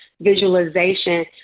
visualization